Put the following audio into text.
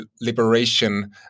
liberation